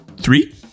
Three